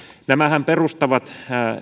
nämähän perustavat